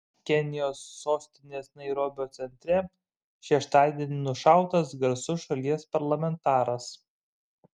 kenijos sostinės nairobio centre šeštadienį nušautas garsus šalies parlamentaras